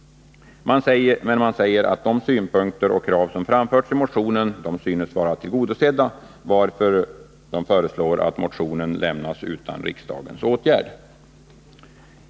Men man säger att de synpunkter och krav som framförs i motionen synes vara tillgodosedda, varför utskottet föreslår att motionen lämnas utan riksdagens åtgärd.